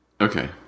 Okay